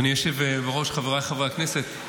אדוני היושב בראש, חבריי חברי הכנסת,